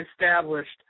established